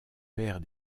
père